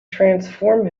transform